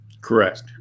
Correct